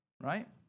right